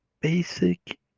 basic